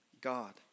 God